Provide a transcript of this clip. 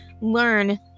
learn